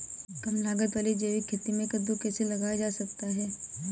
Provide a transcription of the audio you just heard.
कम लागत वाली जैविक खेती में कद्दू कैसे लगाया जा सकता है?